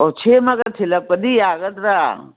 ꯑꯣ ꯁꯦꯝꯃꯒ ꯊꯤꯜꯂꯛꯄꯗꯤ ꯌꯥꯒꯗ꯭ꯔꯥ